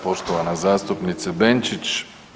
Poštovana zastupnice Benčić.